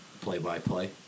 play-by-play